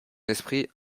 esprit